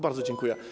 Bardzo dziękuję.